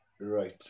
Right